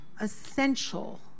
essential